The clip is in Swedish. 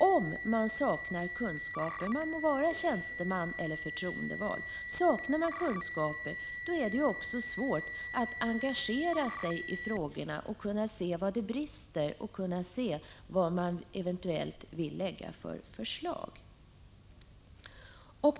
Om man saknar kunskaper, man må vara tjänsteman eller förtroendevald, har man också svårt att engagera sig i frågorna, att se var det brister och vad man eventuellt vill lägga fram för förslag.